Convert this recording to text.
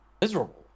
miserable